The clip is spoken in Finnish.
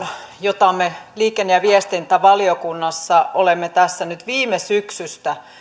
jota me liikenne ja viestintävaliokunnassa olemme viime syksystä